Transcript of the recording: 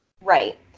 Right